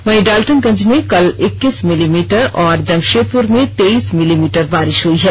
वहीं डाल्टेगंज में कल इक्कीस मिलीमीटर और जमशेदपुर में तेईस मिलीमीटर बारिश हुई है